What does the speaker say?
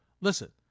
listen